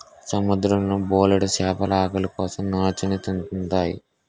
సముద్రం లో బోలెడు చేపలు ఆకలి కోసం నాచుని తింతాయి